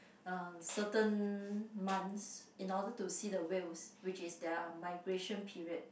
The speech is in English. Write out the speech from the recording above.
uh certain months in order to see the whales which is their migration period